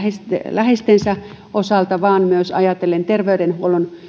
läheistensä osalta vaan myös ajatellen terveydenhuollon